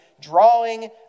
drawing